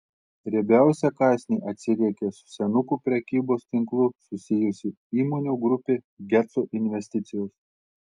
riebiausią kąsnį atsiriekė su senukų prekybos tinklu susijusi įmonių grupė geco investicijos